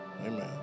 Amen